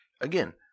again